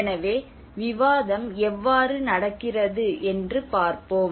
எனவே விவாதம் எவ்வாறு நடக்கிறது என்று பார்ப்போம்